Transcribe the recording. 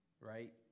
right